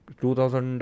2000